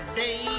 day